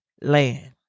land